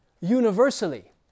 universally